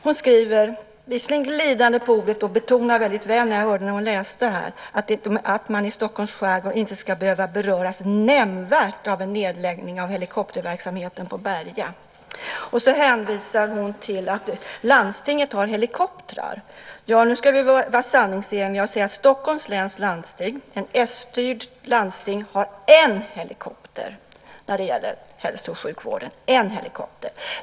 Hon skriver, visserligen glidande på ordet - jag hörde att hon betonade väldigt väl när hon läste upp detta - att man i Stockholms skärgård "inte ska behöva beröras nämnvärt av en nedläggning av helikopterverksamheten på Berga". Sedan hänvisar hon till att landstinget har helikoptrar. Nu ska vi vara sanningsenliga och säga att Stockholms läns landsting, ett s-styrt landsting, har en helikopter för hälso och sjukvården.